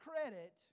credit